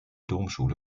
domschule